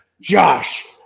Josh